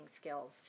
skills